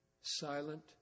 Silent